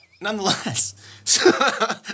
nonetheless